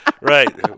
right